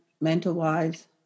mental-wise